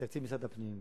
את תקציב משרד הפנים,